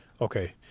Okay